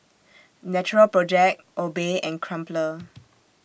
Natural Project Obey and Crumpler